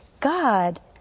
God